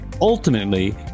ultimately